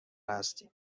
هستیم